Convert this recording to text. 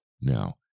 Now